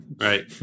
right